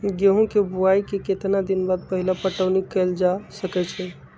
गेंहू के बोआई के केतना दिन बाद पहिला पटौनी कैल जा सकैछि?